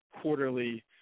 quarterly